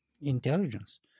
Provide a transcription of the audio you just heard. intelligence